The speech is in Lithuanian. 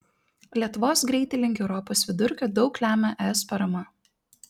lietuvos greitį link europos vidurkio daug lemia es parama